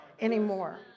anymore